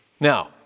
Now